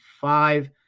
five